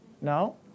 No